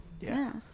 Yes